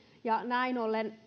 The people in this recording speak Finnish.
ja näin ollen